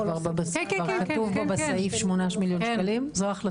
כתוב בסעיף שמונה מיליון שקלים.